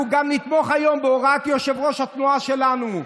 אנחנו גם נתמוך היום בהוראת יושב-ראש התנועה שלנו,